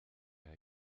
herr